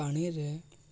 ପାଣିରେ